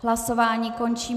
Hlasování končím.